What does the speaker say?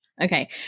Okay